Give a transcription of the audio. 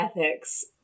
ethics